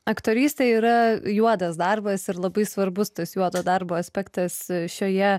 aktorystė yra juodas darbas ir labai svarbus tas juodo darbo aspektas šioje